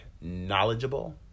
knowledgeable